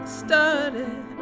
started